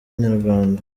inyarwanda